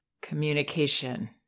communication